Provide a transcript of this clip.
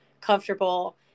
comfortable